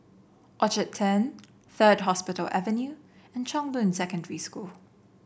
Orchard Turn Third Hospital Avenue and Chong Boon Secondary School